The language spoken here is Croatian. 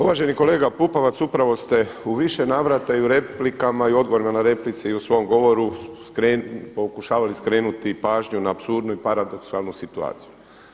Uvaženi kolega Pupovac, upravo ste u više navrata i u replikama i u odgovorima na replici i u svom govoru pokušavali skrenuti pažnju na apsurdnu i paradoksalnu situaciju.